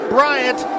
Bryant